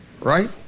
right